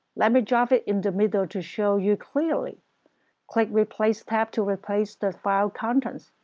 let me drag it in the middle to show you clearly click replace tab to replace the file content.